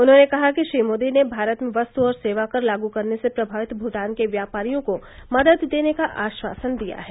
उन्होंने कहा कि श्री मोदी ने भारत में वस्तु और सेवाकर लागू करने से प्रभावित भूटान के व्यापारियों को मदद देने का आश्वासन दिया है